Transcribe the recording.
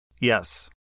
Yes